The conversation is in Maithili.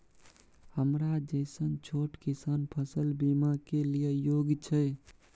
हमरा जैसन छोट किसान फसल बीमा के लिए योग्य छै?